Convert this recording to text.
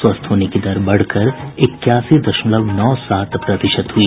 स्वस्थ होने की दर बढ़कर इक्यासी दशमलव नौ सात प्रतिशत हुई